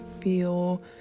feel